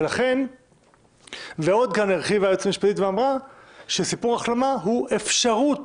היועצת המשפטית כאן עוד הרחיבה ואמרה שסיפור החלמה הוא אפשרות,